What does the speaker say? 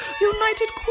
United